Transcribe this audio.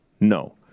no